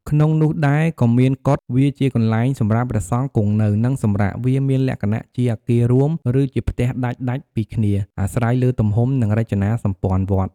ក្នុងនោះដែរក៏មាន កុដិ វាជាកន្លែងសម្រាប់ព្រះសង្ឃគង់នៅ និងសម្រាក វាមានលក្ខណៈជាអគាររួម ឬជាផ្ទះដាច់ៗពីគ្នា អាស្រ័យលើទំហំ និងរចនាសម្ព័ន្ធវត្ត។